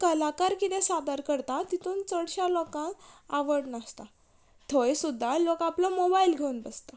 ते कलाकार किदें सादर करता तितून चडशा लोकांक आवड नासता थंय सुद्दां लोक आपलो मोबायल घेवन बसता